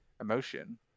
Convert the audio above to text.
emotion